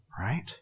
right